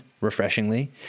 refreshingly